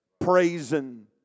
praising